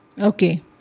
Okay